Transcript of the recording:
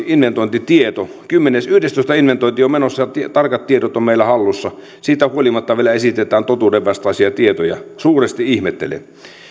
inventointitieto yhdestoista inventointi on menossa tarkat tiedot ovat meillä hallussa siitä huolimatta vielä esitetään totuudenvastaisia tietoja suuresti ihmettelen